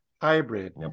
hybrid